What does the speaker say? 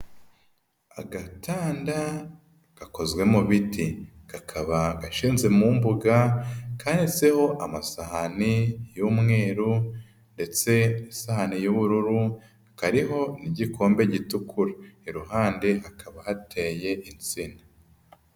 Agatanda gakozwe mu biti kakaba gashinze mu mbuga kanitseho amasahani y'umweru ndetse n'isahani y'ubururu, kariho n'igikombe gitukura, iruhande hakaba hateye insina.